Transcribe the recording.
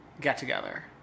get-together